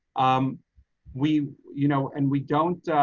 um we, you know, and we don't.